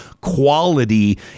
quality